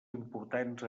importants